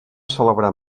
celebrar